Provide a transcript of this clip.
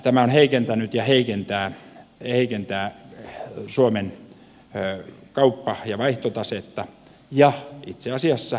tämä on heikentänyt ja heikentää suomen kauppa ja vaihtotasetta ja itse asiassa lisää hiilidioksidipäästöjä